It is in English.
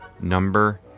number